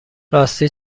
راستی